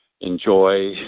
enjoy